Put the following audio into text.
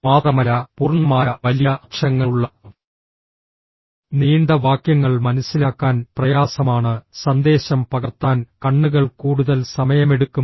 മാത്രമല്ല പൂർണ്ണമായ വലിയ അക്ഷരങ്ങളുള്ള നീണ്ട വാക്യങ്ങൾ മനസ്സിലാക്കാൻ പ്രയാസമാണ് സന്ദേശം പകർത്താൻ കണ്ണുകൾ കൂടുതൽ സമയമെടുക്കും